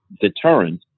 deterrent